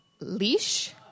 Leash